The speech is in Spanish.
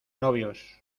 novios